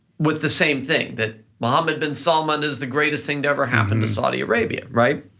with the same thing, that mohammed bin salman is the greatest thing to ever happen to saudi arabia, right?